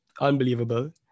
Unbelievable